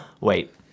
Wait